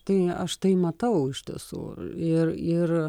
tai aš tai matau iš tiesų ir ir